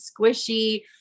squishy